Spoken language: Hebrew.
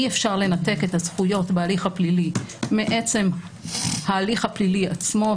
אי-אפשר לנתק את הזכויות בהליך הפלילי מעצם ההליך הפלילי עצמו,